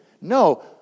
No